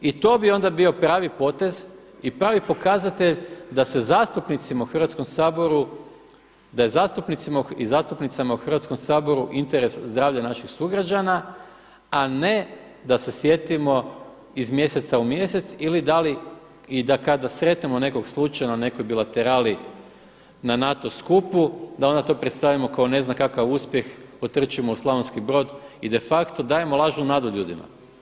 I to bi onda bio pravi potez i pravi pokazatelj da se zastupnicima u Hrvatskom saboru, da je zastupnicima i zastupnicama u Hrvatskom saboru interes zdravlje naših sugrađana a ne da se sjetimo iz mjeseca u mjesec ili da li i da kada sretnemo slučajno u nekoj bilaterali na NATO skupu, da onda to predstavimo kao ne znam kakav uspjeh, otrčimo u Slavonski Brod i de facto dajem lažnu nadu ljudima.